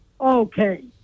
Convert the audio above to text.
Okay